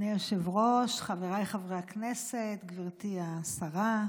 אדוני היושב-ראש, חבריי חברי הכנסת, גברתי השרה,